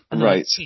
Right